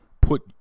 put